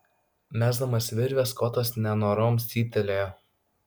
mesdamas virvę skotas nenorom cyptelėjo